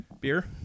Beer